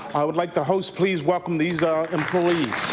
i would like the house please welcome these employees.